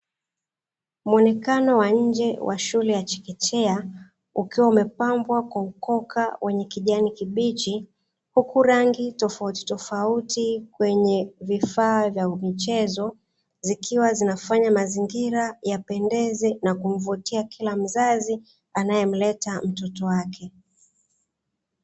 Muonekano wa nje wa shule ya chekechea ukiwa umepambwa kwa ukoka wenye kijani kibichi, huku rangi tofauti tofauti kwenye vifaa vya michezo zikiwa zinafanya mazingira yapendeze na kumvutia kila mzazi anayemleta mtoto wake.